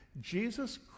Jesus